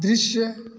दृश्य